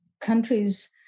countries